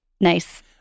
Nice